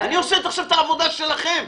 עושה עכשיו את העבודה שלכם.